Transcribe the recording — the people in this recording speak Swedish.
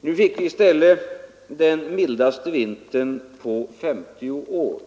Nu fick vi i stället den mildaste vintern på 50 år,